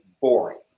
boring